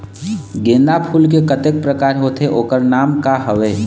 गेंदा फूल के कतेक प्रकार होथे ओकर नाम का हवे?